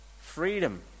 Freedom